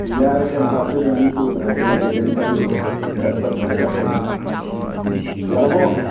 ꯌꯥꯔꯦ ꯀꯦꯝꯔꯥꯁꯨ ꯑꯗꯨꯝ ꯃꯤ ꯄꯨꯅꯔꯛꯀꯅꯤꯁꯦ ꯀꯔꯤꯝ ꯈꯜꯂꯨꯅꯨ ꯆꯠꯄꯗꯨꯇꯪ ꯆꯠꯀꯗꯝꯅꯤ ꯌꯥꯔꯕꯣ